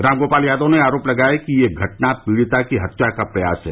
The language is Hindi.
रामगोपाल यादव ने आरोप लगाया कि यह घटना पीड़िता की हत्या का प्रयास है